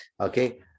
Okay